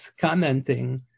commenting